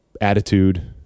attitude